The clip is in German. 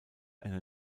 eine